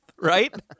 right